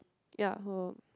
ya at home